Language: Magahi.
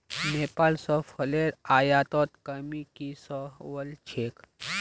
नेपाल स फलेर आयातत कमी की स वल छेक